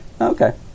Okay